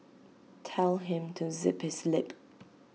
tell him to zip his lip